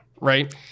right